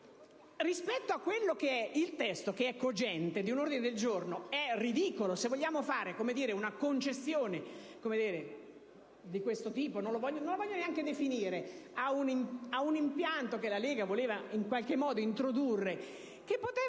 rispetto a quello che è il testo cogente di un ordine del giorno, è ridicolo. Se vogliamo fare una concessione di questo tipo - non la voglio neanche definire - a un impianto che la Lega voleva in qualche modo introdurre, ciò, tutto